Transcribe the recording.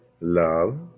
love